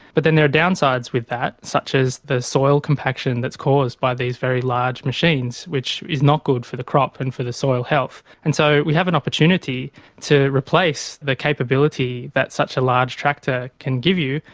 but then there are downsides with that, such as the soil compaction that's caused by these very large machines, which is not good for the crop and for the soil health. and so we have an opportunity to replace the capability that such a large tractor can give you,